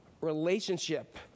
relationship